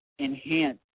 enhance